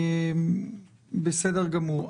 בסדר גמור.